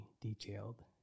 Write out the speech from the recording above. detailed